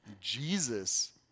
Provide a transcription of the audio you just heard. Jesus